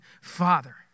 father